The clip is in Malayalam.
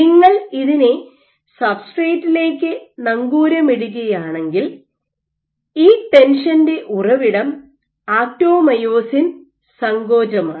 നിങ്ങൾ ഇതിനെ സബ്സ്ട്രേറ്റിലേക്ക് നങ്കൂരമിടുകയാണെങ്കിൽ ഈ ടെൻഷന്റെ ഉറവിടം ആക്റ്റോമയോസിൻ സങ്കോചമാണ്